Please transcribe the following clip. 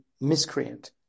miscreant